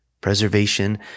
preservation